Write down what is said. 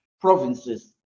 provinces